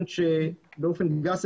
באופן גס,